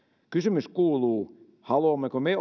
kysymys kuuluu haluammeko me